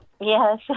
Yes